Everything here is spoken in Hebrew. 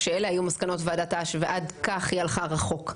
שאלה היו מסקנות ועדת אש ועד כך היא הלכה רחוק.